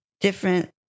different